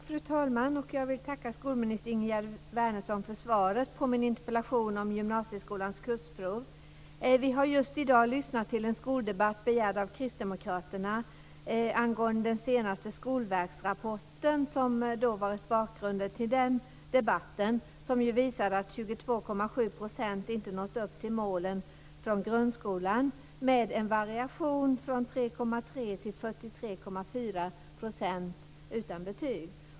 Fru talman! Jag vill tacka skolminister Ingegerd Vi har just i dag lyssnat till en skoldebatt begärd av Kristdemokraterna. Den senaste rapporten från Skolverket, som är bakgrunden till dagens skoldebatt, visar att 22,7 % inte nått upp till målen från grundskolan med en variation från 3,3 till 43,4 % utan betyg.